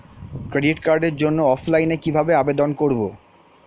Credit কার্ডের জন্য অফলাইনে কিভাবে আবেদন করব?